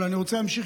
אבל אני רוצה להמשיך,